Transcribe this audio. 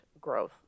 growth